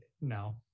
no